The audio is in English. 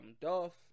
Dolph